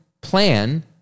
plan